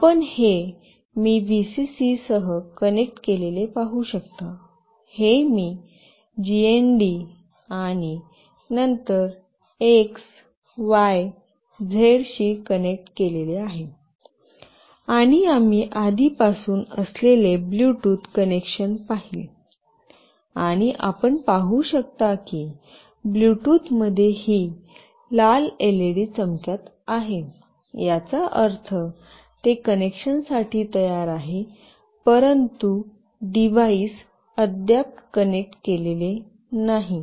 आपण हे मी व्हीसीसी सह कनेक्ट केलेले पाहू शकता हे मी जीएनडी आणि नंतर एक्स वाय झेड शी कनेक्ट केलेले आहे आणि आम्ही आधीपासून असलेले ब्लूटूथ कनेक्शन पाहिले आणि आपण पाहू शकता की ब्लूटुथमध्ये ही लाल एलईडी चमकत आहे याचा अर्थ ते कनेक्शन साठी तयार आहे परंतु डिव्हाइस अद्याप कनेक्ट केलेले नाही